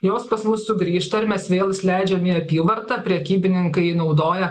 jos pas mus sugrįžta ir mes vėl jas leidžiam į apyvartą prekybininkai naudoja